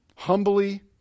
Humbly